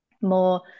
more